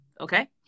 okay